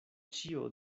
ĉio